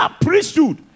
priesthood